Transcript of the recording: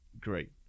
great